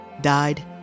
died